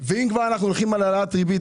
אם כבר אנחנו הולכים על העלאת ריבית,